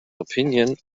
opinion